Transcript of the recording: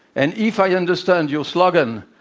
and if i understand your slogan,